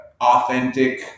authentic